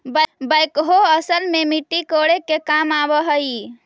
backhoe असल में मट्टी कोड़े के काम आवऽ हई